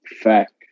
Fact